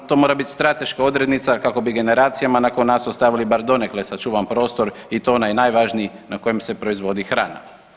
To mora biti strateška odrednica kako bi generacijama nakon nas ostavili bar donekle sačuvan prostor i to onaj najvažniji na kojem se proizvodi hrana.